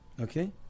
Okay